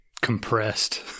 Compressed